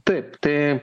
taip tai